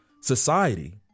society